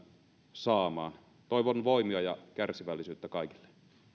saamaan toivon voimia ja kärsivällisyyttä kaikille